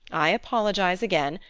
i apologize again.